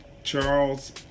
Charles